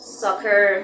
soccer